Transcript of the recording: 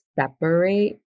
separate